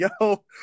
yo